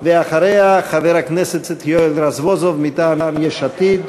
אחריה, חבר הכנסת יואל רזבוזוב מטעם יש עתיד.